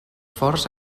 forts